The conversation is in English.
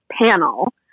panel